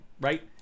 right